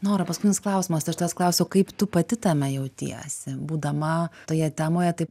nora paskutinis klausimas aš tavęs klausiu kaip tu pati tame jautiesi būdama toje temoje taip